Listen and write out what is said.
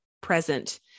present